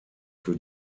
für